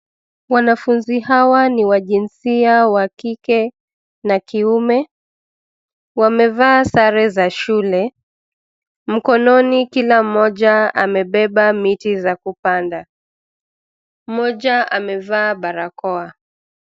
Wanafunzi hawa ni wa jinsia wa kike na kiume. Wamevaa sare za shule. Mkononi kila mmoja amebeba miti za kupanda. Mmoja amevaa barakoa.